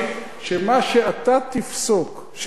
שמה שאתה תפסוק שטוב,